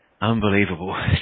Unbelievable